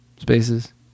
spaces